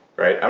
right?